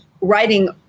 writing